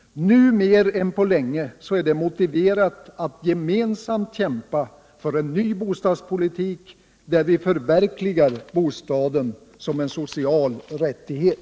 Nu mer än på länge är det motiverat att gemensamt kämpa för en ny bostadspolitik där vi förverkligar bostaden som en social rättighet.